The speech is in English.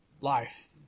life